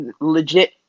legit